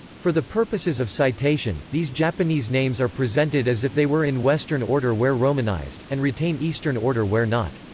for the purposes of citation, these japanese names are presented as if they were in western order where romanized, and retain eastern order where not.